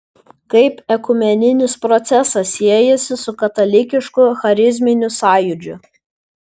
kaip ekumeninis procesas siejasi su katalikišku charizminiu sąjūdžiu